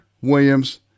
Williams